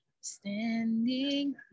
standing